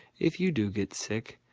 if you do get sick,